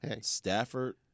Stafford